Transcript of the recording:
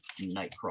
Nightcrawler